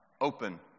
open